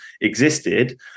existed